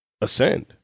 ascend